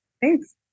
Thanks